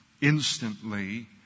instantly